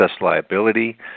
liability